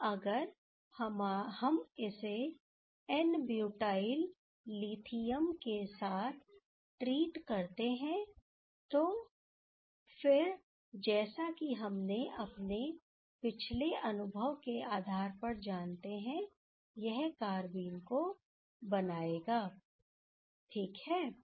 अब अगर हम इसे एन ब्यूटाइल लिथियम के साथ ट्रीट करते हैं तो फिरजैसा कि हम अपने पिछले अनुभव के आधार पर जानते हैं यह कारबीन को बनाएगा ठीक है